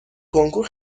کنکور